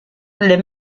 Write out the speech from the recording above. les